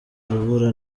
urubura